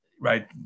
right